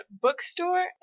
bookstore